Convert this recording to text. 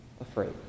afraid